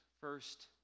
first